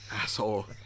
asshole